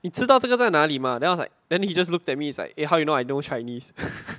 你知道这个在哪里吗 then I was like then he just looked at me it's like eh how you know I know chinese